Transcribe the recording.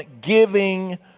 giving